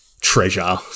treasure